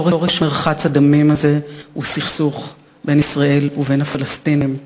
שורש מרחץ הדמים הזה הוא סכסוך בין ישראל לבין הפלסטינים,